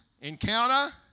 Encounter